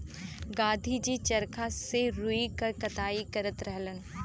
गाँधी जी चरखा से रुई क कटाई करत रहलन